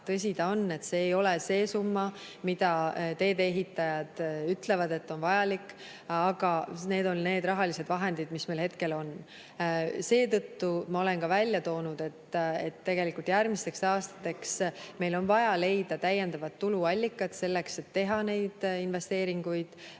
tõsi ta on, et see ei ole see summa, mis teedeehitajate sõnul on vajalik, aga need on rahalised vahendid, mis meil hetkel on. Seetõttu ma olen ka välja toonud, et tegelikult järgmisteks aastateks meil on vaja leida täiendavad tuluallikad selleks, et teha neid investeeringuid